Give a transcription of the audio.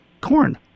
corn